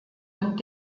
und